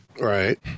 Right